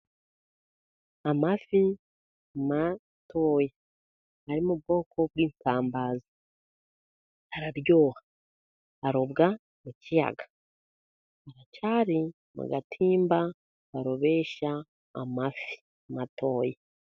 Amafi matoya ari mu bwoko bw'isambaza araryoha, arobwa, mu kiyaga aracyari mu gatimba barobesha amafi matoya.